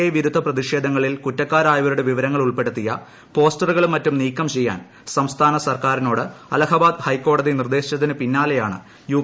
A വിരുദ്ധ പ്രതിഷേധങ്ങളിൽപ്പ് കുറ്റക്കാരായവരുടെ വിവരങ്ങൾ ഉൾപ്പെടുത്തിയ പോസ്സ്റ്റുക്കളും മറ്റും നീക്കം ചെയ്യാൻ സംസ്ഥാന സർക്കാരിനോട് നിർദ്ദേശിച്ചതിന് പിന്നാലെയാണ് യു്